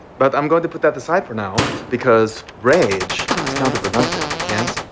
but i'm going to put that aside for now because rage is counterproductive, yes?